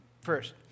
First